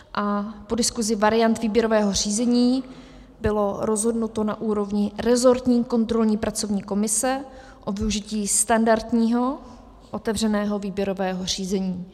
A po diskuzi variant výběrového řízení bylo rozhodnuto na úrovni resortní kontrolní pracovní komise o využití standardního otevřeného výběrového řízení.